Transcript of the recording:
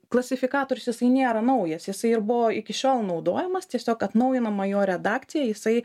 klasifikatorius jisai nėra naujas jisai ir buvo iki šiol naudojamas tiesiog atnaujinama jo redakcija jisai